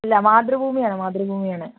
അല്ല മാതൃഭൂമിയാണ് മാതൃഭൂമിയാണ്